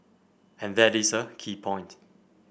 and that is a key point